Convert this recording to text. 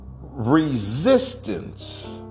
resistance